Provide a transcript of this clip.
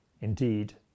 indeed